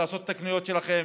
לעשות את הקניות שלכם